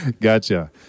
Gotcha